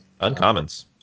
Uncommons